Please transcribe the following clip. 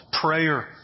prayer